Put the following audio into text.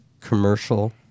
commercial